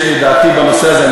יש לי את דעתי בנושא הזה,